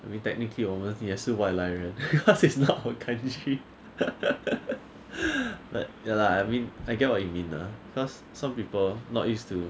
I mean technically 我们也是外来人 because it's not our country but ya lah I mean I get what you mean lah because some people not used to